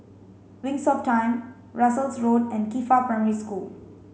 Wings of Time Russels Road and Qifa Primary School